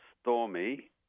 stormy